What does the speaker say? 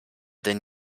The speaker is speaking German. denn